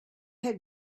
had